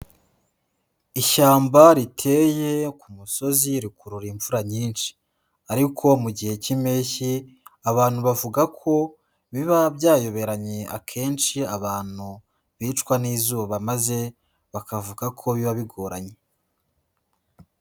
Ishyamba riteye ku musozi rikurura imvura nyinshi ariko mu gihe cy'impeshyi, abantu bavuga ko biba byayoberanye akenshi abantu bicwa n'izuba maze bakavuga ko biba bigoranye.